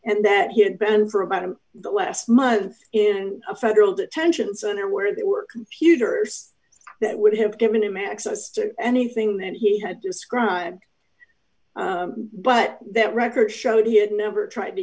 and that he had been for about him the last month in a federal detention center where they were computers that would have given him access to anything that he had described but that records showed he had never tried to